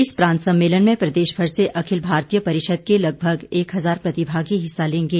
इस प्रांत सम्मेलन में प्रदेशभर से अखिल भारतीय परिषद के लगभग एक हजार प्रतिभागी हिस्सा लेंगे